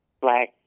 black